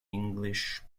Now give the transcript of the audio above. english